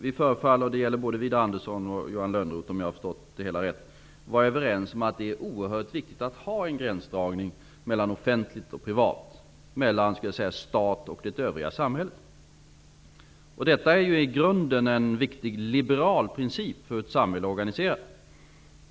Widar Andersson och Johan Lönnroth är såvitt jag förstått överens med mig om att det är oerhört viktigt att ha en gränsdragning mellan offentligt och privat, mellan staten och det övriga samhället. Detta är ju i grunden en viktig liberal princip för hur ett samhälle är organiserat.